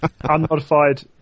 Unmodified